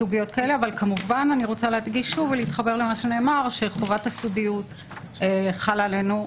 אני רוצה להדגיש ולומר שחובת הסודיות חלה עלינו.